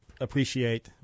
appreciate